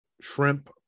shrimp